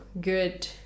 good